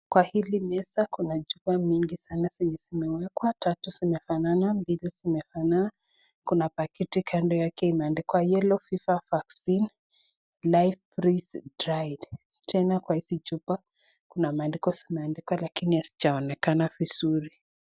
Kwa hili meza kuna chupa nyingi sana zenye zimewekwa, tatu zimefanana, mbili zimefanana. Kuna pakiti kando yake imeandikwa yellow fever vaccine, live freeze dried . Tena kwa hizi chupa, kuna maandiko yameandikwa lakini hayajaonekana vizuri.